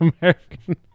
American